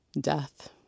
death